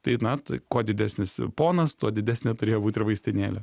tai na tai kuo didesnis ponas tuo didesnė turėjo būti ir vaistinėlė